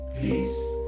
peace